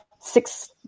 six